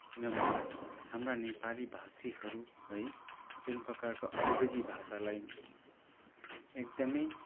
किनभने हाम्रा नेपाली भाषीहरू है जुन प्रकारको अङ्ग्रेजी भाषालाई एकदमै